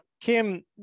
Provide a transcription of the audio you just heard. Kim